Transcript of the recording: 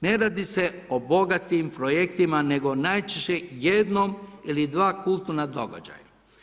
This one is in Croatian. Ne radi se o bogatim projektima, nego najčešće jednom ili dva kulturna događaja.